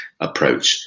approach